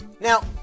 Now